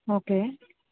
okay